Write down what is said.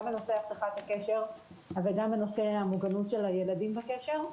גם בנושא הבטחת הקשר אבל גם בנושא המוגנות של הילדים בקשר.